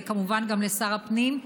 וכמובן גם לשר הפנים,